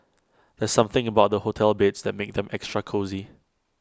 there's something about hotel beds that makes them extra cosy